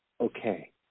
okay